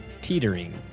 teetering